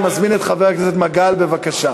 אני מזמין את חבר הכנסת מגל, בבקשה,